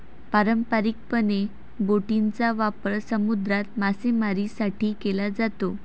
पारंपारिकपणे, बोटींचा वापर समुद्रात मासेमारीसाठी केला जातो